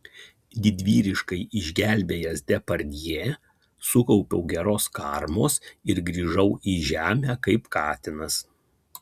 didvyriškai išgelbėjęs depardjė sukaupiau geros karmos ir grįžau į žemę kaip katinas